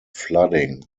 flooding